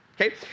Okay